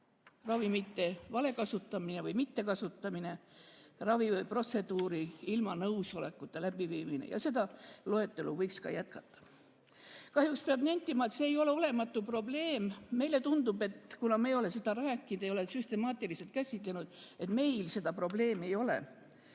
ravimite vale kasutamine või mittekasutamine; raviprotseduuri ilma nõusolekuta läbiviimine. Seda loetelu võiks jätkata. Kahjuks peab nentima, et see ei ole olematu probleem. Meile tundub, et kuna me ei ole sellest rääkinud, ei ole seda süstemaatiliselt käsitlenud, siis meil seda probleemi ei ole.